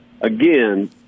again